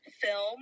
film